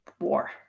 war